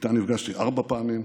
איתה נפגשתי ארבע פעמים,